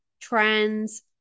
trends